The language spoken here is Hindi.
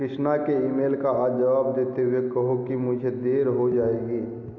कृष्णा के ईमेल का आज जवाब देते हुए कहो कि मुझे देर हो जाएगी